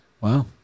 Wow